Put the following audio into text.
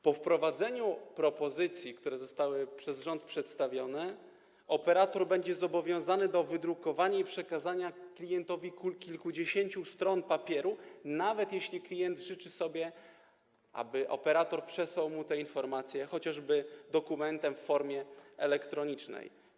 Po wprowadzeniu propozycji, które zostały przez rząd przedstawione, operator będzie zobowiązany do zadrukowania i przekazania klientowi kilkudziesięciu stron papierów, nawet jeśli klient życzy sobie, aby operator przesłał mu te informacje chociażby jako dokument w formie elektronicznej.